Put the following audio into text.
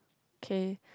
okay